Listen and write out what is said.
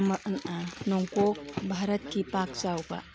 ꯅꯣꯡꯄꯣꯛ ꯚꯥꯔꯠꯀꯤ ꯄꯥꯛ ꯆꯥꯎꯕ